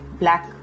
black